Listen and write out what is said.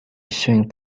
issuing